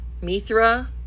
Mithra